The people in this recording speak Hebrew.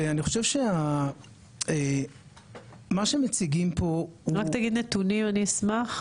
ואני חושב שמה שמציגים פה הוא --- רק תגידי נתונים אני אשמח.